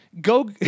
go